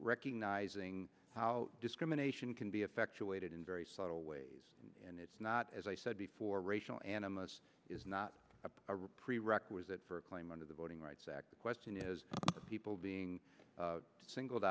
recognizing how discrimination can be effectuated in very subtle ways and it's not as i said before racial animus is not a prerequisite for a claim under the voting rights act the question is people being singled